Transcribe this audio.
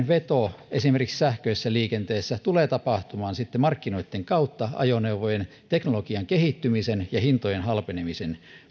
veto esimerkiksi sähköisessä liikenteessä tulee tapahtumaan sitten markkinoitten kautta ajoneuvojen teknologian kehittymisen ja hintojen halpenemisen